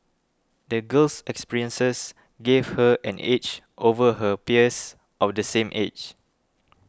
the girl's experiences gave her an edge over her peers of the same age